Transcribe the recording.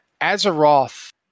Azeroth